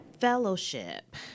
Fellowship